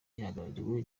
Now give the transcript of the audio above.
gihagarariwe